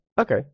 Okay